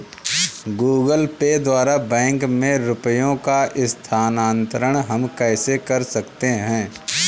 Google Pay द्वारा bank में रुपयों का स्थानांतरण हम कैसे कर सकते हैं?